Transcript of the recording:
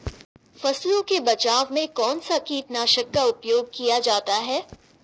फसलों के बचाव में कौनसा कीटनाशक का उपयोग किया जाता है?